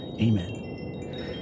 Amen